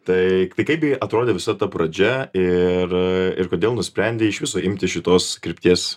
tai taip kaip gi atrodė visa ta pradžia ir ir kodėl nusprendei iš viso imti šitos krypties